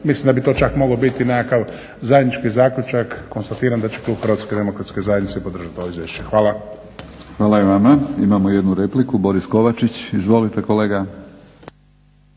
mislim da bi to čak mogao biti i nekakav zajednički zaključak. Konstatiram da će klub HDZ-a podržati ovo izvješće. Hvala. **Batinić, Milorad (HNS)** Hvala i vama. Imamo jednu repliku, Boris Kovačić. Izvolite kolega.